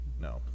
no